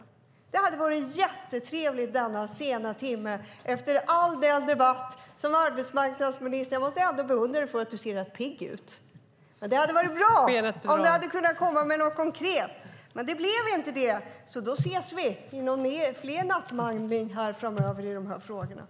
Det hade varit jättetrevligt i denna sena timme, efter alla debatter som arbetsmarknadsministern haft - jag måste ändå beundra dig, för du ser rätt pigg ut. Det hade varit bra om du hade kunnat komma med något konkret, men så blev det inte. Då ses vi i någon mer nattmangling framöver i de här frågorna.